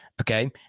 Okay